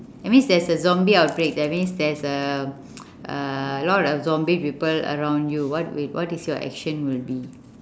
that means there's a zombie outbreak that means there's a uh a lot of zombie people around you what with what is your action will be